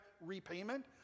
repayment